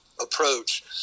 approach